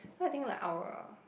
so I think like our